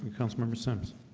come summer simpson